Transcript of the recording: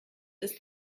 ist